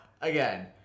again